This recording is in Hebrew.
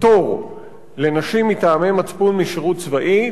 פטור לנשים מטעמי מצפון משירות צבאי,